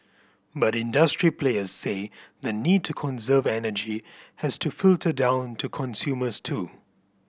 but industry players say the need to conserve energy has to filter down to consumers too